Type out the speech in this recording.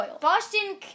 Boston